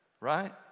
right